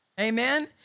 Amen